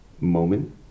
moment